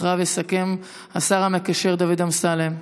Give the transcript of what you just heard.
אחריו יסכם השר המקשר דוד אמסלם.